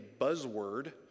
buzzword